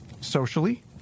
socially